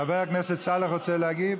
חבר הכנסת סאלח רוצה להגיב?